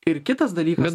ir kitas dalykas